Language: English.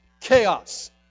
chaos